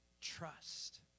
Trust